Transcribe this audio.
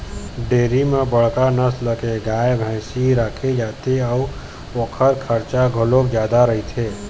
dairy म बड़का नसल के गाय, भइसी राखे जाथे अउ ओखर खरचा घलोक जादा रहिथे